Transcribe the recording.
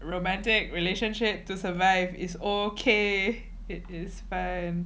romantic relationship to survive is okay it is fine